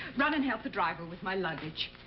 run and help the driver with my luggage.